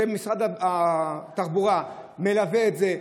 כשמשרד התחבורה מלווה את זה,